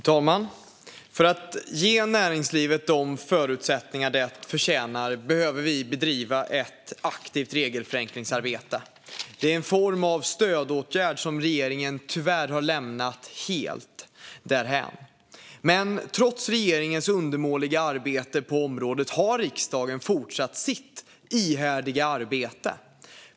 Fru talman! För att ge näringslivet de förutsättningar det förtjänar behöver vi bedriva ett aktivt regelförenklingsarbete. Det är en form av stödåtgärd som regeringen tyvärr har lämnat helt därhän. Trots regeringens undermåliga arbete på området har dock riksdagen fortsatt sitt ihärdiga arbete.